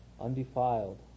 undefiled